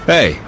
Hey